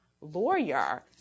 lawyer